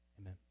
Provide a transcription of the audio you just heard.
amen